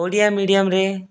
ଓଡ଼ିଆ ମିଡ଼ିୟମରେ